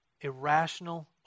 Irrational